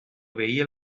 obeir